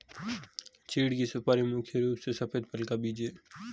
चीढ़ की सुपारी मुख्य रूप से सफेद फल का बीज है